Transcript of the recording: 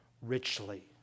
richly